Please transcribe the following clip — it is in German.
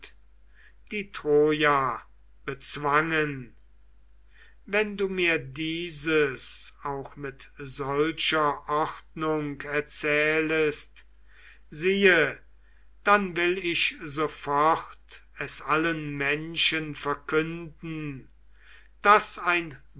die troja bezwangen wenn du mir dieses auch mit solcher ordnung erzählest siehe dann will ich sofort es allen menschen verkünden daß ein